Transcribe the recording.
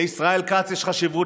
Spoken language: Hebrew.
לישראל כץ יש חשיבות,